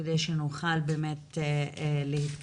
כדי שנוכל להתקדם.